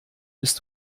bist